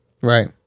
Right